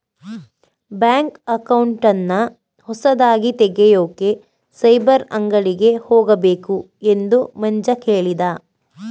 bank ಅಕೌಂಟನ್ನ ಹೊಸದಾಗಿ ತೆಗೆಯೋಕೆ ಸೈಬರ್ ಅಂಗಡಿಗೆ ಹೋಗಬೇಕು ಎಂದು ಮಂಜ ಕೇಳಿದ